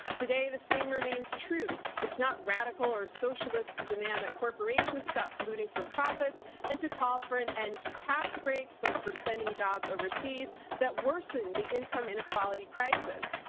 today, the same remains true. it's not radical or socialist to demand that corporation stop polluting for profits and to call for an end to tax breaks like for sending jobs overseas that worsen the income inequality crisis.